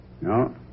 No